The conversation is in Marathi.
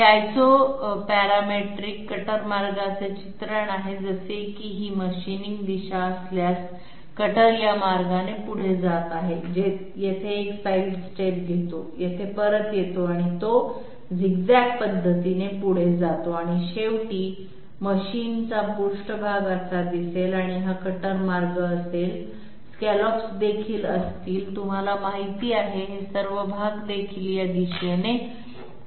हे Isoparametric कटर मार्गाचे चित्रण आहे जसे की ही मशीनिंग दिशा असल्यास कटर या मार्गाने पुढे जात आहे येथे एक साइड स्टेप घेतो येथे परत येतो आणि तो झिग झॅग पद्धतीने पुढे जातो आणि शेवटी मशीनचा पृष्ठभाग असा दिसेल आणि हा कटर मार्ग असेल स्कॅलॉप्स देखील असतील तुम्हाला माहिती आहेहे सर्व भाग देखील या दिशेने ओरिएंटेड असतील